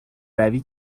روی